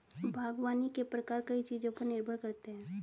बागवानी के प्रकार कई चीजों पर निर्भर करते है